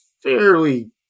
fairly